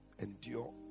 Endure